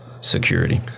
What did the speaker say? security